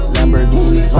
Lamborghini